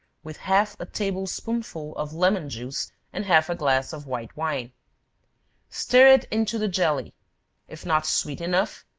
with half a table-spoonful of lemon-juice, and half a glass of white wine stir it into the jelly if not sweet enough,